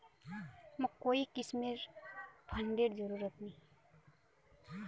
मोक कोई किस्मेर फंडेर जरूरत नी